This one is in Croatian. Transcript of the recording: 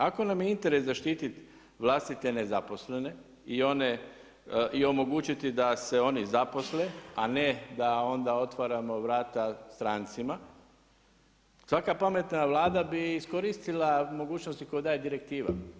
Ako nam je interes zaštititi vlastite nezaposlene i omogućiti da se oni zaposle, a ne da onda otvaramo vrata strancima, svaka pametna Vlada bi iskoristila mogućnosti kao da je direktiva.